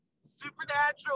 supernatural